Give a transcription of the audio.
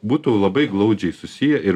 būtų labai glaudžiai susiję ir